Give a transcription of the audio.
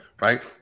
right